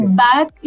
back